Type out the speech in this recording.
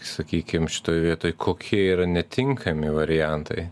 sakykim šitoj vietoj kokie yra netinkami variantai